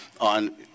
on